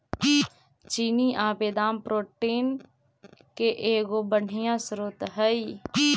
चिनिआबेदाम protein के एगो बढ़ियाँ स्रोत हई